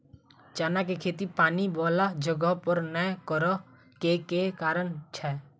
चना केँ खेती पानि वला जगह पर नै करऽ केँ के कारण छै?